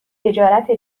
تجارت